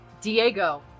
Diego